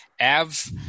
Av